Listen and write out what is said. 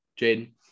Jaden